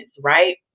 right